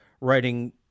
writing